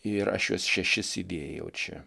ir aš juos šešis įdėjau čia